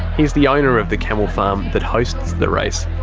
he's the owner of the camel farm that hosts the race,